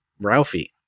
Ralphie